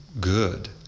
good